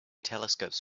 telescopes